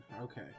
okay